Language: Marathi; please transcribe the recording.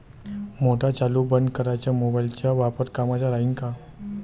मोटार चालू बंद कराच मोबाईलचा वापर कामाचा राहीन का?